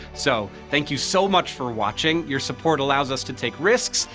so thank you so much for watching, your support allows us to take risks,